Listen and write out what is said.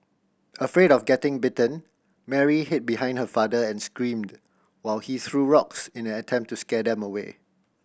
afraid of getting bitten Mary hid behind her father and screamed while he threw rocks in an attempt to scare them away